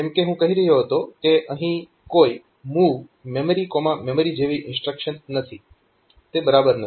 જેમ હું કહી રહ્યો હતો કે અહીં કોઈ MOV memmem જેવી ઇન્સ્ટ્રક્શન નથી તે બરાબર નથી